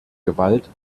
gewalt